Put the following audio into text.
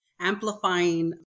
amplifying